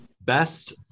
best